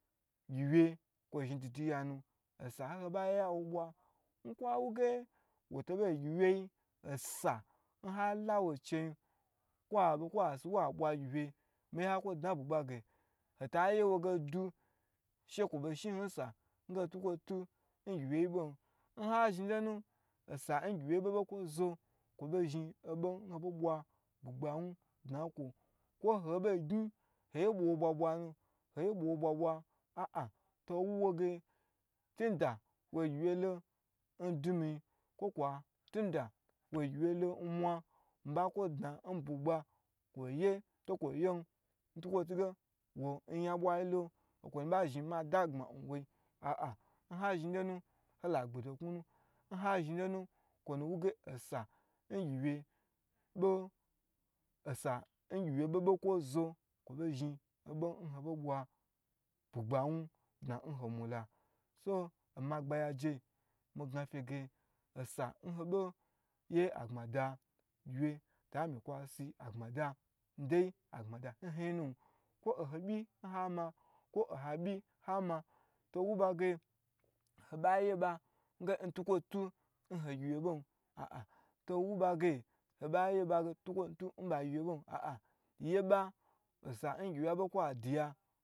Gyiwye kwo zhin duduyi yanu osa ho ba ya wo bwa nkwo wa ge hoto bo gyi wye yin osa nhalawo chei kwo be kwa si wa bwa gyiwye mi ye ha kwo dna n bugba hota yewo ge du she nsa nge ntukwe tu ngyiwye yi bon nha zhi lon she gyi wye yi bebe kwo zo kwo bo zhin obo kwo bo zhin ho bwa bugba wu nkwo, kwo bo zhin ho bwa bugba wu nkwo, kwo hoi bo gni n hoi bwa wo bwabwa ho bwa wo bwa bwa to wu wo ge tni da wo gyiwye lo ndu ye ko kwo tni da wo gyiwye lo n mwa mi ma kwo dna n mi bugba kwo ye to kwo yen ntukwo tu nge wo yan bwai lo nba zhi ma dagbma nwoi a a nha zhinlone hola gbye do knu nu, n ho zhi lo nu kwo wu ge osa ngyiwya osa ngyiwye be, be kwo zo kwo no na bei zhin obo n hobo bwa bugba wu dna nho mula so omagbagya je migna fe ye osa nho bei ye agbma da gyiwye ta mi kwa si agbma dan ndai agbada daidai nu kwo n ho byi n hama kwo habyi nhama to wu bage oba ye ba ntukwo tu n hogyiwye bon to wu bage ho ba ye ba ntukwo to ba gyiwye bon, ye ba nsa gyiwye abe kwa diya